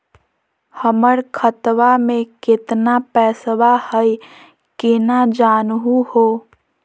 हमर खतवा मे केतना पैसवा हई, केना जानहु हो?